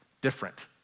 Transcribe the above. different